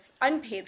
unpaid